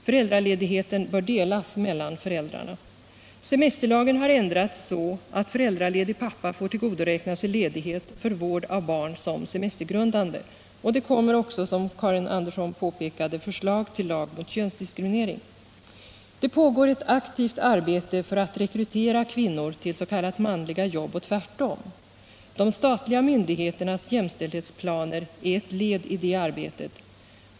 Föräldraledigheten bör delas mellan föräldrarna. Semesterlagen har ändrats så, att föräldraledig pappa får tillgodoräkna sig ledighet för vård av barn som semestergrundande. Det kommer också, som Karin Andersson påpekade, förslag till lag mot könsdiskriminering. Det pågår ett aktivt arbete för att rekrytera kvinnor till s.k. manliga jobb och tvärtom. Statliga myndigheters jämställdhetsplaner är ett led i detta arbete.